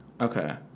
okay